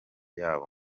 yabo